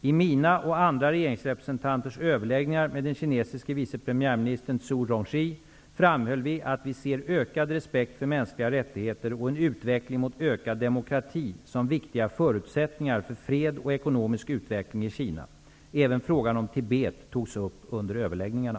I mina och andra regeringsrepresentanters överläggningar med den kinesiske vice premiärministern Zhu Rongji framhöll vi, att vi ser ökad respekt för mänskliga rättigheter och en utveckling mot ökad demokrati som viktiga förutsättningar för fred och ekonomisk utveckling i Kina. Även frågan om Tibet togs upp under överläggningarna.